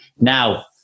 Now